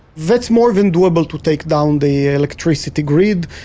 that's more than doable to take down the electricity grid.